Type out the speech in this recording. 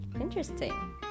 interesting